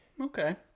Okay